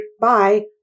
Bye